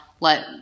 let